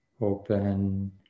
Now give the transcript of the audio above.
open